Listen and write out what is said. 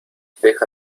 deja